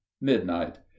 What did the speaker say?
Midnight